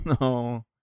no